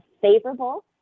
favorable